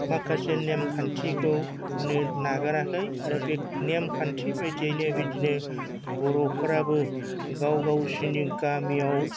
माखासे नेम खान्थिखौ मानो नागाराखै आरो बे नेम खान्थि बायदियैनो बिदिनो बर'फोराबो गाव गावसोरनि गामियाव